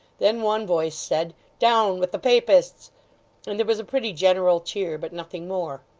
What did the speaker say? then one voice said, down with the papists and there was a pretty general cheer, but nothing more.